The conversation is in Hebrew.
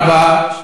תודה רבה.